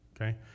Okay